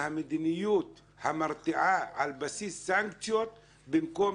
המדיניות המרתיעה על בסיס סנקציות - במקום